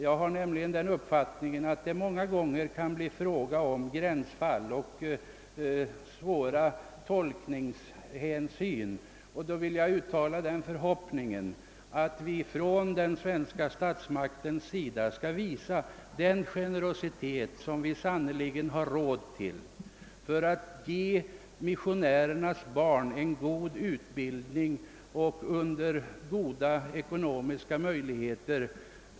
Jag har nämligen den uppfattningen att det många gånger kan komma att röra sig om gränsfall och svåra tolkningsfrågor. Jag hoppas också att de svenska statsmakterna skall visa den generositet som de sannerligen har råd med då det gäller att ge missionärernas barn en god utbildning på goda ekonomiska villkor.